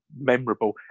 memorable